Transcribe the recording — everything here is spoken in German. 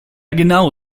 genau